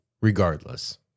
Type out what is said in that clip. Regardless